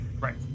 Right